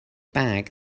bag